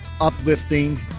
uplifting